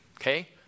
Okay